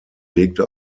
legte